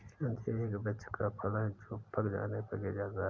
अंजीर एक वृक्ष का फल है जो पक जाने पर गिर जाता है